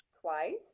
twice